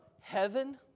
heaven